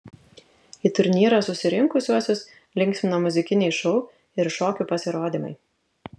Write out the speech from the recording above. į turnyrą susirinkusiuosius linksmino muzikiniai šou ir šokių pasirodymai